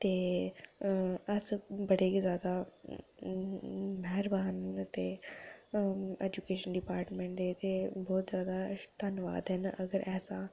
ते अस बड़े गै जैदा मैह्रबान ते एजुकेशन डिपार्टमैंट दे ते बहुत जैदा धन्नवादी न अगर ऐसा